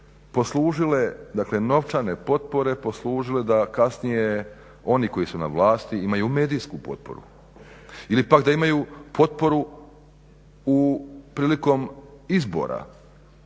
poslužile, dakle novčane potpore da kasnije oni koji su na vlasti imaju medijsku potporu ili pak da imaju potporu prilikom izbora